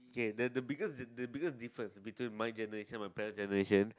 okay then the biggest the biggest difference between my generation my parents generation